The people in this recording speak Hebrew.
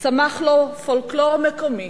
צמח לו פולקלור מקומי,